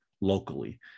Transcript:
locally